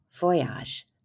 voyage